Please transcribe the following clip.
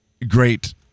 Great